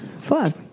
Fuck